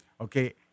Okay